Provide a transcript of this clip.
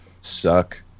suck